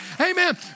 Amen